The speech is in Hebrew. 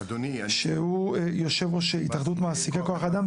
שהוא יושב ראש "התאחדות מעסיקי כוח אדם".